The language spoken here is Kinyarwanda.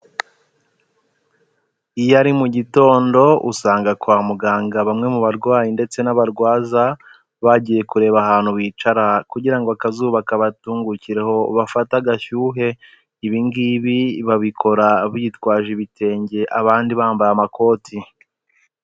Iyo ari mu gitondo usanga kwa muganga bamwe mu barwayi ndetse n'abarwaza bagiye kureba ahantu bicara kugira ngo akazuba kabatungukireho bafate agashyuhe, ibi ngibi babikora bitwaje ibitenge abandi bambaye amakoti.